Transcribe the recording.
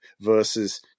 versus